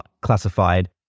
classified